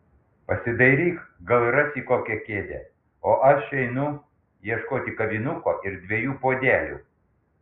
pasidairyk gal rasi kokią kėdę o aš einu ieškoti kavinuko ir dviejų puodelių